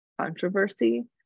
controversy